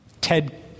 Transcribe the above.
Ted